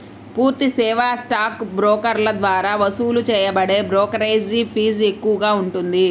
పూర్తి సేవా స్టాక్ బ్రోకర్ల ద్వారా వసూలు చేయబడే బ్రోకరేజీ ఫీజు ఎక్కువగా ఉంటుంది